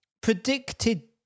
predicted